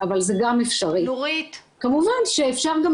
ההתייחסות לדמי אבטלה הייתה כהכנסה שלא